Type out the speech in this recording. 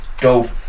dope